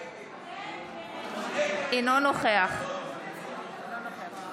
אינו נוכח ישראל אייכלר,